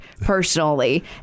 personally